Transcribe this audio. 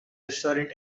restaurant